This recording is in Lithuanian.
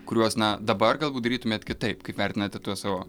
kuriuos na dabar galbūt darytumėt kitaip kaip vertinate tuos savo